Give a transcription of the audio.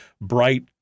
bright